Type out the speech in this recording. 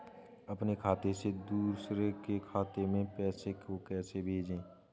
अपने खाते से दूसरे के खाते में पैसे को कैसे भेजे?